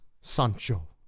Sancho